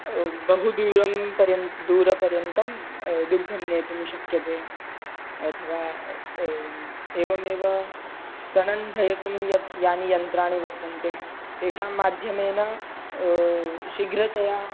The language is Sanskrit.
बहुदूरं पर्यन् दूरपर्यन्तं दुग्धं नेतुं शक्यते अथवा एवमेव स्तनन्धयतुं यत् यानि यन्त्राणि वर्तन्ते तेषां माध्यमेन शीघ्रतया